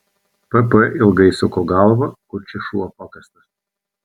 pp ilgai suko galvą kur čia šuo pakastas